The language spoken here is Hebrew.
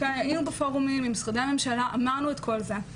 היינו בפורומים עם משרדי הממשלה ואמרנו את כל זה.